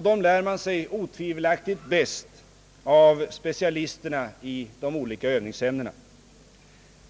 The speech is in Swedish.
Dem lär man sig otvivelaktigt bäst av specialisterna i de olika övningsämnena.